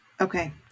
Okay